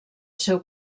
seu